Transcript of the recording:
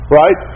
right